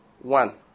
One